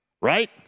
Right